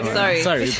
sorry